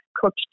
cooked